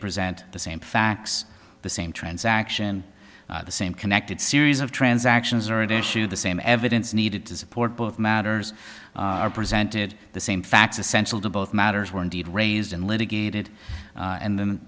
present the same facts the same transaction the same connected series of transactions are at issue the same evidence needed to support both matters are presented the same facts essential to both matters were indeed raised and litigated and then